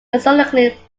historically